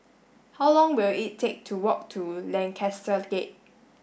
how long will it take to walk to Lancaster Gate